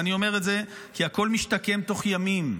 ואני אומר את זה, כי הכול משתקם תוך ימים,